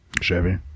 Chevy